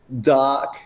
dark